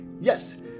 Yes